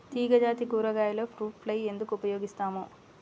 తీగజాతి కూరగాయలలో fruit fly ఎందుకు ఉపయోగిస్తాము?